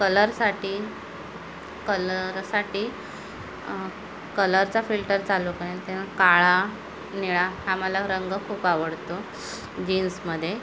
कलरसाठी कलरसाठी कलरचा फिल्टर चालू करेन त्या काळा निळा हा मला रंग खूप आवडतो जीन्समध्ये